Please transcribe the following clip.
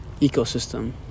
ecosystem